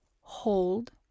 hold